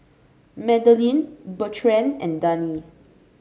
Madelene Bertrand and Dani